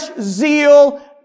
zeal